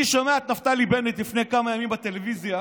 אני שומע את נפתלי בנט לפני כמה ימים בטלוויזיה,